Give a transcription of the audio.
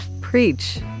preach